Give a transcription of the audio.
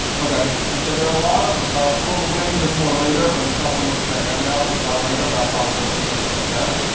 ok. and so there are a lot of we'll get into this more later, but you should also look at the handout ah later about probability and and sets,